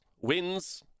wins